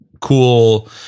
cool